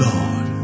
Lord